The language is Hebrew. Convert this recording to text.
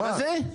מה זה הדבר הזה?